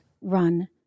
run